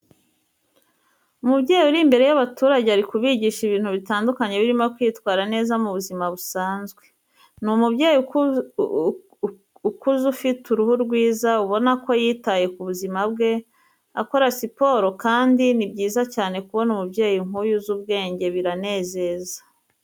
Umubyeyi uri imbere y'abaturage ari kubigisha ibintu bitandukanye birimo kwitwara neza mu buzima busanzwe. Ni umubyeyi ukuze ufite uruhu rwiza ubona ko yitaye ku buzima bwe, akora siporo kandi ni byiza cyane kubona umubyeyi nk'uyu uzi ubwenge biranezeza.